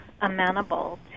amenable